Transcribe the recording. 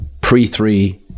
Pre-three